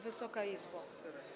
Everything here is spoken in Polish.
Wysoka Izbo!